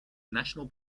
national